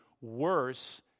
worse